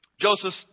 Joseph